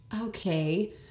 okay